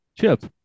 Chip